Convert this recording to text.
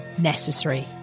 necessary